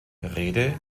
rede